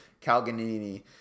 Calganini